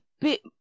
bit